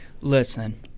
Listen